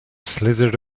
slithered